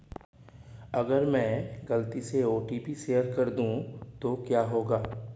अगर मैं गलती से ओ.टी.पी शेयर कर दूं तो क्या होगा?